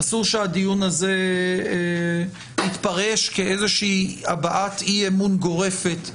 אסור שהדיון הזה יתפרש כאיזושהי הבעת אי אמון גורפת,